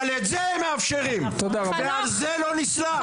אבל את זה הם מאפשרים ועל זה לא נסלח,